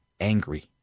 angry